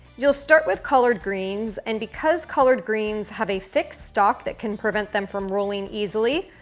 you'll start with collard greens. and because collard greens have a thick stalk that can prevent them from rolling easily,